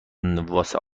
واسه